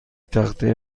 تخته